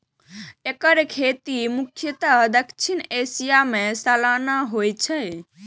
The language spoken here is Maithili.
एकर खेती मुख्यतः दक्षिण एशिया मे सालाना होइ छै